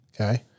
Okay